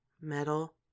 metal